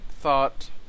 thought